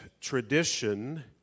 tradition